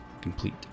complete